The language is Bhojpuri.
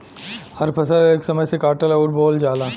हर फसल एक समय से काटल अउर बोवल जाला